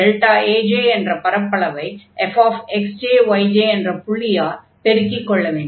Aj என்ற பரப்பளவை fxj yj என்ற புள்ளியால் பெருக்கிக் கொள்ள வேண்டும்